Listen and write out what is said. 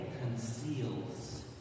conceals